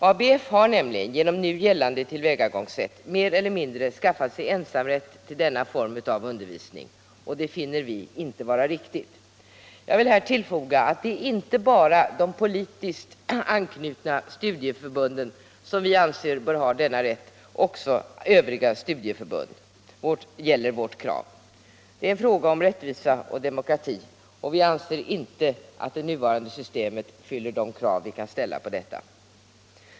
ABF har nämligen genom det nu tillämpade tillvägagångsättet mer eller mindre skaffat sig ensamrätt beträffande denna form av undervisning. Det finner vi inte vara riktigt. Jag vill här tillfoga att det inte bara är de politiskt anknutna studieförbunden som vi anser bör ha denna rätt — vårt krav gäller också övriga studieförbund. Det är en fråga om rättvisa och demokrati och vi anser inte att det nuvarande systemet fyller de krav vi kan ställa på det.